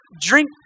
drink